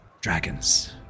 dragons